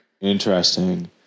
Interesting